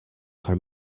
are